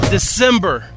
December